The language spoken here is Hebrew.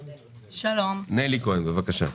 בבקשה.